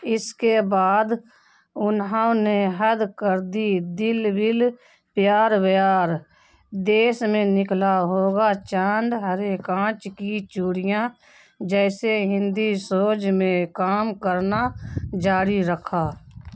اس کے بعد انہوں نے حد کر دی دل ول پیار ویار دیس میں نکلا ہوگا چاند ہرے کانچ کی چوڑیاں جیسے ہندی سوج میں کام کرنا جاری رکھا